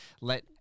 let